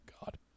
God